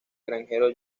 granjero